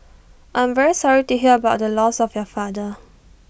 I am very sorry to hear about the loss of your father